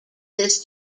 this